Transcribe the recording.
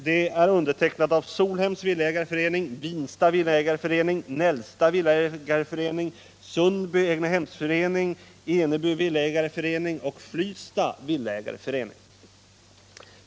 Det är undertecknat av Solhems Villaägareförening, Vinsta Villaägareförening, Nälsta Villaägareförening, Sundby Egnahemsförening, Eneby Villaägareförening och Flysta Villaägareförening.